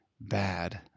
bad